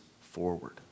forward